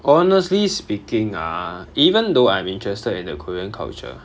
honestly speaking ah even though I am interested in the korean culture